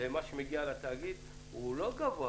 למה שמגיע לתאגיד הוא לא גבוה.